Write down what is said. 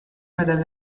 madame